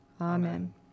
Amen